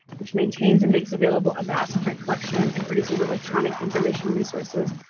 which maintains and makes available a vast print collection and produces electronic information resources,